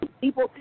People